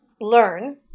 learn